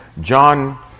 John